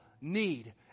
need